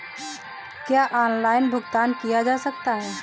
क्या ऑनलाइन भुगतान किया जा सकता है?